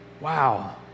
Wow